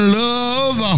love